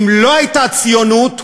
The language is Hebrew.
אם לא הייתה ציונות,